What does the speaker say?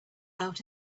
out